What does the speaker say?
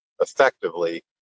effectively